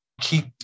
keep